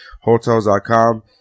hotels.com